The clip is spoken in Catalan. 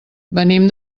venim